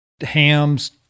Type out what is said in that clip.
hams